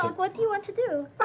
like what do you want to do?